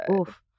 oof